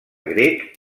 grec